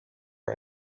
our